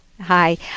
Hi